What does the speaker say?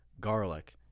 Garlic